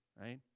right